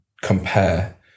compare